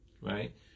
Right